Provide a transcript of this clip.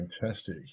Fantastic